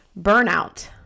Burnout